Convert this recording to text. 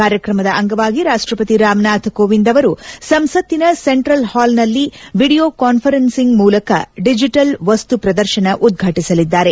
ಕಾರ್ತ್ರಮದ ಅಂಗವಾಗಿ ರಾಷ್ಟಪತಿ ರಾಮ್ನಾಥ್ ಕೋವಿಂದ್ ಅವರು ಸಂಸತ್ತಿನ ಸೆಂಟ್ರಲ್ ಹಾಲ್ನಲ್ಲಿ ವೀಡಿಯೊ ಕಾನ್ಫರೆನ್ಸಿಂಗ್ ಮೂಲಕ ಡಿಜಿಟಲ್ ವಸ್ತು ಪ್ರದರ್ಶನ ಉದ್ವಾಟಸಲಿದ್ದಾರೆ